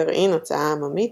גרעי"ן הוצאה עצמית,